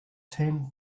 tan